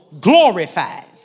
glorified